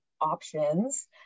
options